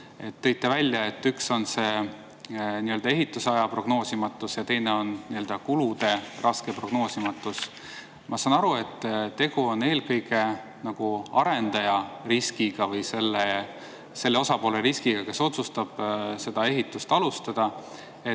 tõite välja, et üks neist on ehitusaja prognoosimatus ja teine on kulude raske prognoositavus. Ma saan aru, et tegu on eelkõige arendaja riskiga või selle osapoole riskiga, kes otsustab ehitust alustada.